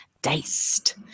Diced